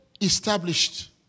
established